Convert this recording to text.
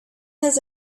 his